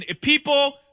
people